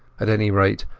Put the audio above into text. at any rate,